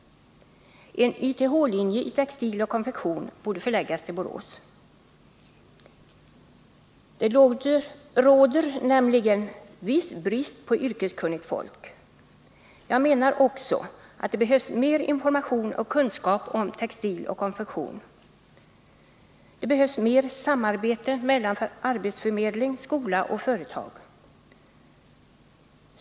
En YTH-linje i textil och konfektion borde förläggas till Borås. Det råder nämligen viss brist på yrkeskunnigt folk. Jag menar också att det behövs mer information och kunskap om textil och konfektion och mer samarbete mellan arbetsförmedling, skola och företag.